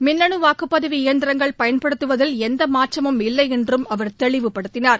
மின்னு வாக்குப்பதிவு எந்திரங்கள் பயன்படுத்துவதில் எந்த மாற்றமும் இல்லை என்றும் அவர் தெளிவுபடுத்தினார்